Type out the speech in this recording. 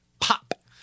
pop